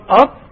up